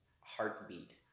heartbeat